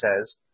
says